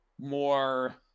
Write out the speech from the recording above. more